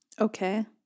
okay